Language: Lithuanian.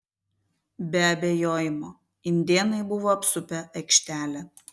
be abejojimo indėnai buvo apsupę aikštelę